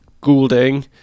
Goulding